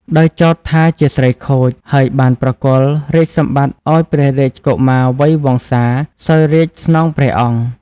ដោយចោទថាជាស្រីខូច ហើយបានប្រគល់រាជសម្បត្តិឲ្យព្រះរាជកុមារវៃវង្សា សោយរាជ្យស្នងព្រះអង្គ។